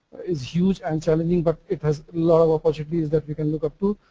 is huge and challenging but it has large opportunities that we can look up to.